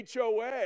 HOA